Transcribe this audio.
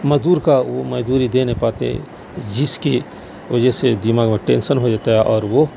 مزدور کا وہ مزدوری دے نہیں پاتے جس کی وجہ سے دماغ میں ٹینسن ہو جاتا ہے اور وہ